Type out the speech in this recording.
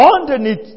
Underneath